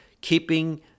keeping